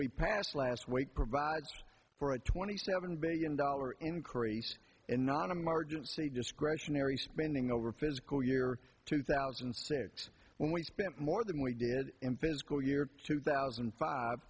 we passed last week provides for a twenty seven billion dollar increase in non emergency discretionary spending over physical year two thousand and six when we spent more than we did in physical year two thousand and five